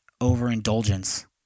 overindulgence